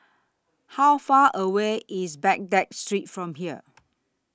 How Far away IS Baghdad Street from here